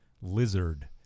lizard